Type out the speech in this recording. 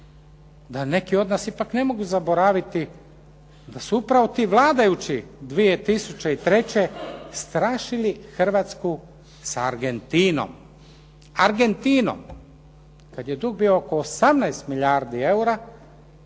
da neki od nas ipak ne mogu zaboraviti da su upravo ti vladajući 2003. strašili Hrvatsku sa Argentinom, Argentinom kada je dug bio oko 18 milijardi eura